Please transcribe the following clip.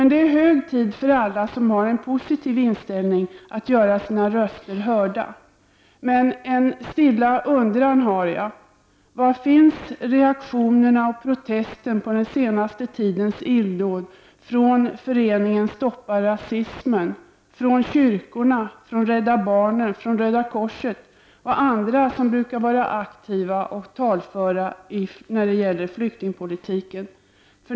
Det är hög tid för alla som har en positiv inställning att göra sina röster hörda. En stilla undran: Var finns reaktionerna och protesterna mot den senaste tidens illdåd från föreningen Stoppa rasismen, från kyrkorna, från Rädda barnen, från Röda korset och andra som brukar vara aktiva och talföra när det gäller flyktingpolitiken?